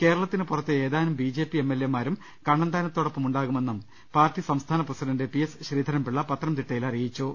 കേരളത്തിനു പുറത്തെ ഏതാനും B J P M L A മാരും കണ്ണന്താന ത്തോടൊപ്പമുണ്ടാകുമെന്നും പാർട്ടി സംസ്ഥാന പ്രസി ഡണ്ട് പി എസ് ശ്രീധരൻപിളള പത്തനംതിട്ടയിൽ അറിയിച്ചു